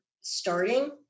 starting